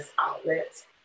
outlets